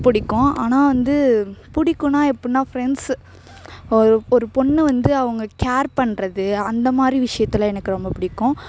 பிடிக்கும் ஆனால் வந்து பிடிக்குனா எப்பிட்னா ஃப்ரெண்ட்ஸு ஒரு ஒரு பொண்ணு வந்து அவங்க கேர் பண்ணுறது அந்தமாதிரி விஷயத்துல எனக்கு ரொம்ப பிடிக்கும்